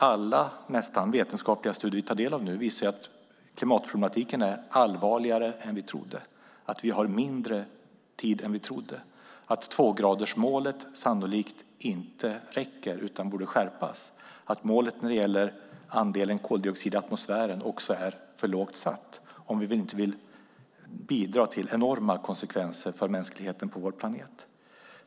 Nästan alla vetenskapliga studier vi tar del av nu visar att klimatproblematiken är allvarligare än vi trodde, att vi har mindre tid än vi trodde, att tvågradersmålet sannolikt inte räcker utan borde skärpas och att målet när det gäller andelen koldioxid i atmosfären också är för lågt satt om vi inte vill bidra till enorma konsekvenser för mänskligheten på vår planet.